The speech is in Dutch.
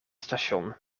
station